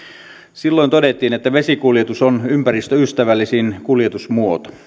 silloin todettiin että vesikuljetus on ympäristöystävällisin kuljetusmuoto